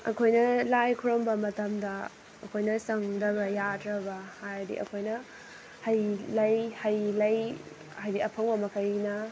ꯑꯩꯈꯣꯏꯅ ꯂꯥꯏ ꯈꯨꯔꯝꯕ ꯃꯇꯝꯗ ꯑꯩꯈꯣꯏꯅ ꯆꯪꯗ꯭ꯔꯕ ꯌꯥꯗ꯭ꯔꯕ ꯍꯥꯏꯔꯗꯤ ꯑꯩꯈꯣꯏꯅ ꯍꯩ ꯂꯩ ꯍꯩ ꯂꯩ ꯍꯥꯏꯗꯤ ꯑꯐꯪꯕ ꯃꯈꯩꯅ